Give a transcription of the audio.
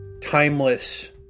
timeless